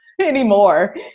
anymore